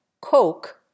coke